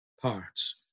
parts